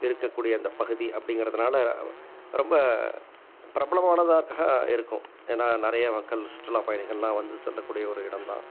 இருக்கக்கூடிய அந்தப் பகுதி அப்படிங்கிறதுனால ரொம்ப பிரபலமானதாக இருக்கும் ஏனால் நிறைய மக்கள் சுற்றுலாப் பயணிகளெலாம் வந்து செல்லக்கூடிய ஒரு இடம்தான்